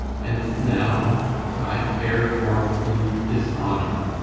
and now i fare forth in dishonour,